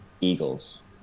Eagles